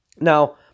Now